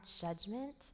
judgment